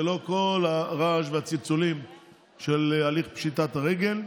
ללא כל הרעש והצלצולים של הליך פשיטת הרגל.